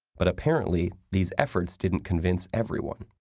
but apparently, these efforts didn't convince everyone,